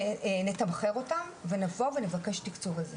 נתמחר אותם ונבוא ונבקש תקצוב על זה.